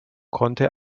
konnte